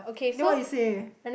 then why you say